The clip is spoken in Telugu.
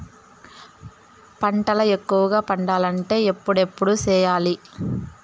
పంటల ఎక్కువగా పండాలంటే ఎప్పుడెప్పుడు సేయాలి?